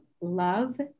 love